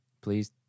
Please